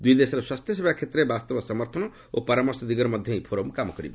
ଦୁଇ ଦେଶର ସ୍ୱାସ୍ଥ୍ୟସେବା କ୍ଷେତ୍ରରେ ବାସ୍ତବ ସମର୍ଥନ ଓ ପରାମର୍ଶ ଦିଗରେ ମଧ୍ୟ ଏହି ଫୋରମ୍ କାମ କରିବ